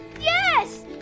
Yes